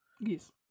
yes